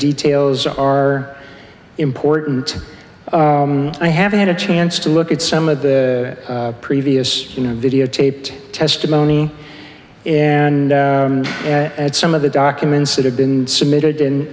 details are important i haven't had a chance to look at some of the previous you know videotaped testimony and some of the documents that have been submitted